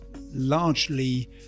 largely